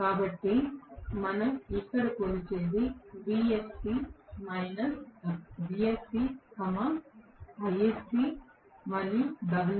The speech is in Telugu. కాబట్టి మనం ఇక్కడ కొలిచేది Vsc Isc మరియు Wsc